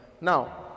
Now